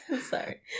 Sorry